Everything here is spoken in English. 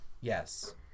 Yes